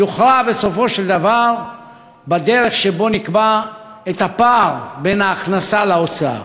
יוכרע בסופו של דבר בדרך שבה נקבע את הפער בין ההכנסה להוצאה.